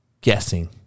guessing